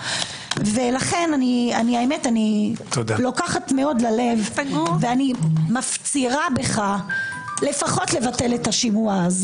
לכן אני לוקחת מאוד ללב ומפצירה בך לפחות לבטל את השימוע.